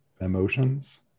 emotions